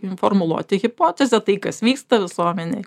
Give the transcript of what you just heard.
formuluoti hipotezę tai kas vyksta visuomenėj